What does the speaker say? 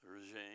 regime